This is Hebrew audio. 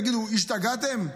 תגידו, השתגעתם?